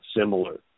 similar